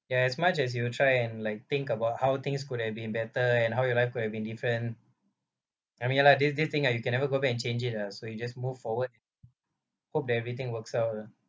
ya as much as you try and like think about how things could have been better and how your life could have been different I mean ya lah this this thing ah you can never go back and change it ah so you just move forward hope that everything works out lah